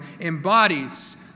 embodies